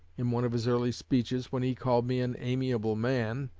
in one of his early speeches, when he called me an amiable man,